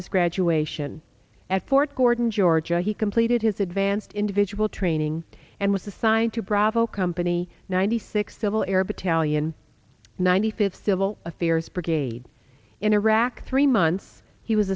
his graduation at fort gordon georgia he completed his advanced individual training and was assigned to bravo company ninety six civil air patrol eone ninety five civil affairs brigade in iraq three months he was